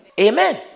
Amen